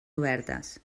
obertes